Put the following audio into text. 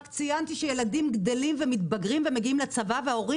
רק ציינתי שילדים גדלים ומתבגרים ומגיעים לצבא וההורים